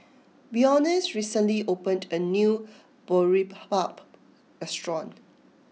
Beyonce recently opened a new Boribap restaurant